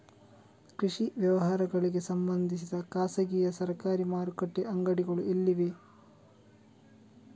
ಕೃಷಿ ವ್ಯವಹಾರಗಳಿಗೆ ಸಂಬಂಧಿಸಿದ ಖಾಸಗಿಯಾ ಸರಕಾರಿ ಮಾರುಕಟ್ಟೆ ಅಂಗಡಿಗಳು ಎಲ್ಲಿವೆ?